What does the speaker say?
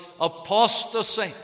apostasy